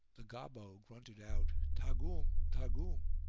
the gobbo grunted out, taghum! taghum!